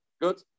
Good